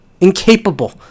Incapable